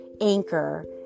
Anchor